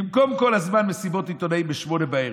במקום כל הזמן מסיבות עיתונאים ב-20:00,